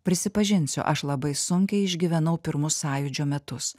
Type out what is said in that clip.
prisipažinsiu aš labai sunkiai išgyvenau pirmus sąjūdžio metus